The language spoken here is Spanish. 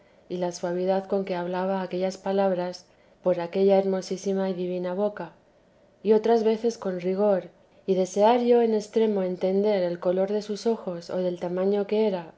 y la suavidad con que hablaba aquellas palabras por aquella hermosísima y divina boca y otras veces con rigor y desear yo en extremo entender el color de sus ojos o del tamaño que eran